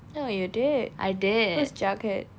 oh you did who's jughead